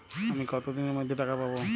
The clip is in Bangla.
আমি কতদিনের মধ্যে টাকা পাবো?